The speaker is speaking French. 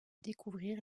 découvrir